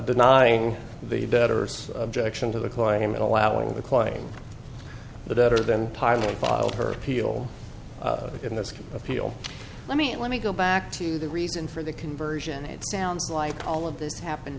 denying the debtors objection to the client allowing the client the better than timely filed her appeal in this appeal let me let me go back to the reason for the conversion it sounds like all of this happened